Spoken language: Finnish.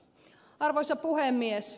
arvoisa puhemies